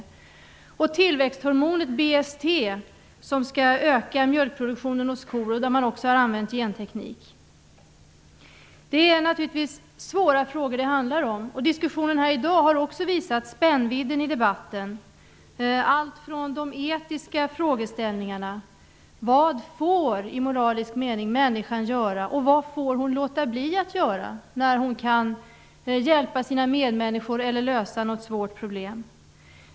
Vid framställningen av tillväxthormonet BST ,som skall öka mjölkproduktionen hos kor, har man också använt genteknik. Det är naturligtvis svåra frågor det handlar om. Diskussionen här i dag har också visat spännvidden i debatten. Det kan vara alltifrån de etiska frågeställningarna -- vad får människan göra, i moralisk mening, och vad får hon låta bli att göra, när hon kan hjälpa sina medmänniskor eller lösa något svårt problem?